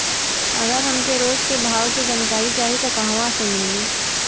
अगर हमके रोज के भाव के जानकारी चाही त कहवा से मिली?